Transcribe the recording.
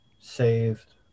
saved